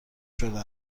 شده